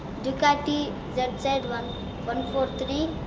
ducati one one four three,